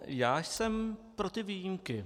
Já jsem pro ty výjimky.